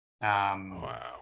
wow